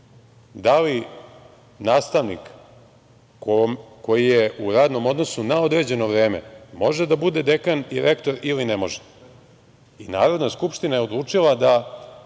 da li nastavnik koji je u radnom odnosu na određeno vreme može da bude dekan i rektor ili ne može i Narodna skupština je odlučila da